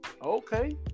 Okay